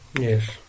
Yes